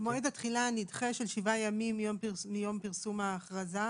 מועד התחילה הנדחה של שבעה ימים מיום פרסום האכרזה,